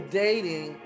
dating